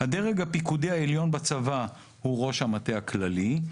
"הדרג הפיקודי העליון בצבא הוא ראש המטה הכללי,